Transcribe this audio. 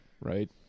right